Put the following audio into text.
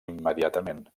immediatament